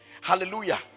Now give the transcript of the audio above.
Hallelujah